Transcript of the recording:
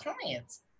clients